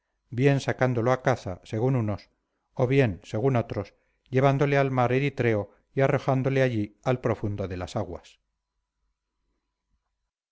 bien sacándolo a caza según unos o bien según otros llevándole al mar eritreo y arrojándole allí al profundo de las aguas